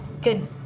good